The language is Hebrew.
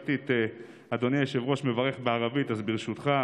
שמעתי את אדוני היושב-ראש מברך בערבית, אז ברשותך.